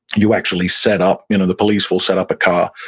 you actually set up, you know the police will set up a car,